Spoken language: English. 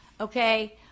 Okay